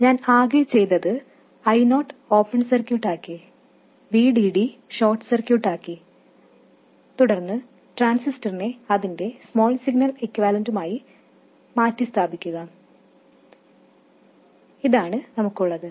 ഞാൻ ആകെ ചെയ്തത് I0 ഓപ്പൺ സർക്യൂട്ട് ആക്കി VDD ഷോർട്ട് സർക്യൂട്ട് ആക്കി തുടർന്ന് ട്രാൻസിസ്റ്ററിനെ അതിന്റെ സ്മോൾ സിഗ്നൽ ഇക്യുവാലന്റുമായി മാറ്റിസ്ഥാപിക്കുക എന്നതാണ് ഇതാണ് നമുക്ക് ഉള്ളത്